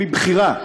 מבחירה,